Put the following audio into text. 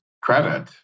credit